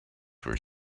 were